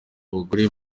abagore